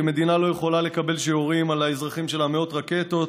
כי מדינה לא יכולה לקבל שיורים על האזרחים שלה מאות רקטות,